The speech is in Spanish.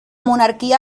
monarquía